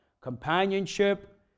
companionship